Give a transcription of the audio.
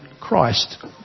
Christ